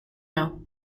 now